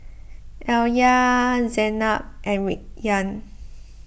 Alya Zaynab and Rayyan